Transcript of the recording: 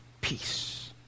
Peace